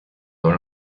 dans